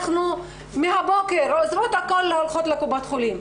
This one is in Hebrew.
אנחנו מהבוקר עוזבות הכול והולכות לקופת חולים,